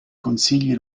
consigli